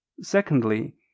Secondly